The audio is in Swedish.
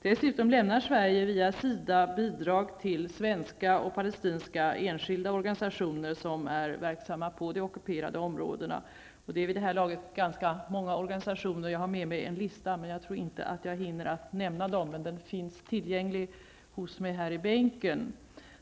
Dessutom lämnar Sverige via SIDA bidrag till svenska och palestinska enskilda organisationer som är verksamma på de ockuperade områdena. Det är vid det här laget ganska många organisationer. Jag har med mig en lista, men jag tror inte att jag hinner nämna alla organisationerna. Listan finns tillgänglig hos mig här i bänken.